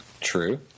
True